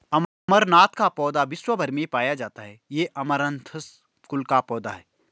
अमरनाथ का पौधा विश्व् भर में पाया जाता है ये अमरंथस कुल का पौधा है